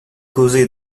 causer